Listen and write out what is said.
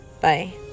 Bye